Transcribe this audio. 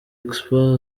expo